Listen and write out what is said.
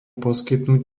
poskytnúť